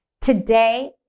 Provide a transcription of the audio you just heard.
Today